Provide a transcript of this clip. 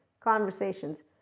conversations